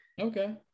Okay